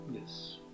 Yes